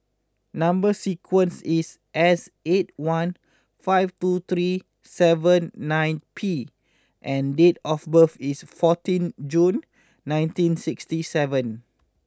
number sequence is S eight one five two three seven nine P and date of birth is fourteen June nineteen sixty seven